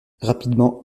rapidement